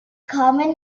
common